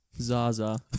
Zaza